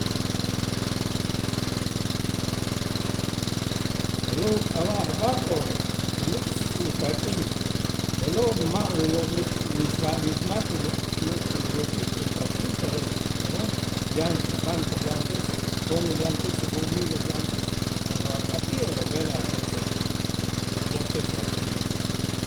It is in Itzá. Je'lo' uk'ab'a' a' banco ulik'sik utak'in te'lo' ma' uyo'lik mixb'a mixmak uluk uyoklik utak'in, pero pero yan ti banco yantech b'oon yantech b'oon miles yantech cuando ak'atij ub'el ajok'sik yantech tak'in.